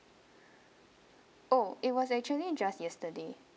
oh it was actually just yesterday